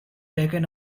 taken